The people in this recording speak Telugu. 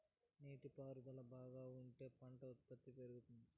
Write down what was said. నీటి పారుదల బాగా ఉంటే పంట ఉత్పత్తి పెరుగుతుంది